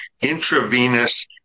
intravenous